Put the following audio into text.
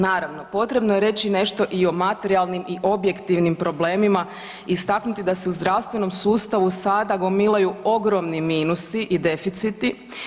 Naravno potrebno je reći nešto i o materijalnim i objektivnim problemima, istaknuti da se u zdravstvenom sustavu sada gomilaju ogromni minusi i deficiti.